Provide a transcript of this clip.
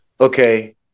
Okay